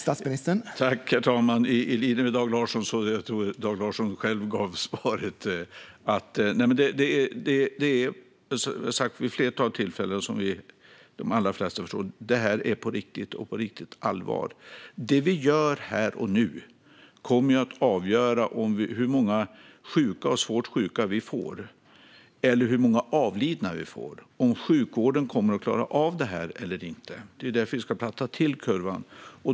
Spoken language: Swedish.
Herr talman! Jag tror att Dag Larsson själv gav svaret. Jag har vid ett flertal tillfällen sagt att de allra flesta förstår att detta är på riktigt och på riktigt allvar. Det vi gör här och nu kommer att avgöra hur många sjuka och svårt sjuka vi får eller hur många avlidna vi får, och om sjukvården kommer att klara av det eller inte. Det är därför vi ska platta till kurvan.